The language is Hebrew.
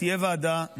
תהיה ועדה,